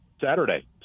Saturday